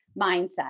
mindset